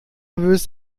nervös